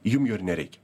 jum jo ir nereikia